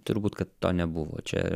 turbūt kad to nebuvo čia